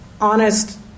honest